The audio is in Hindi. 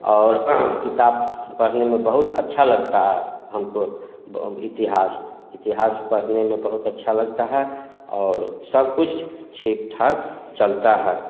और किताब पढ़ने में बहुत अच्छा लगता है हमको इतिहास इतिहास पढ़ने में बहुत अच्छा लगता है और सब कुछ ठीक ठाक चलता है